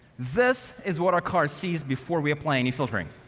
this is what our car sees before we apply any filtering.